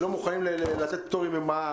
לא מוכנים לתת פטורים ממע"מ.